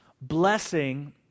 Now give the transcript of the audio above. Blessing